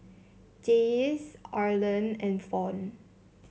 Jaycie Arland and Fawn